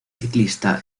ciclista